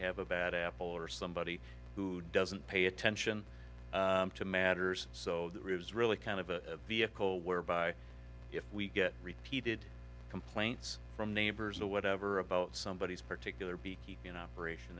have a bad apple or somebody who doesn't pay attention to matters so there is really kind of a vehicle whereby if we get repeated complaints from neighbors or whatever about somebody particular beekeeping operation